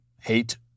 hate